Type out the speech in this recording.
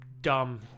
dumb